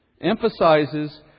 emphasizes